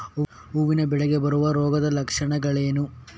ಹೂವಿನ ಬೆಳೆಗೆ ಬರುವ ರೋಗದ ಲಕ್ಷಣಗಳೇನು?